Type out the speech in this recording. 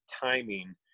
timing